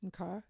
okay